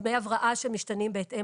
דמי הבראה שמשתנים בהתאם.